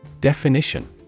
Definition